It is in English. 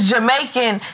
Jamaican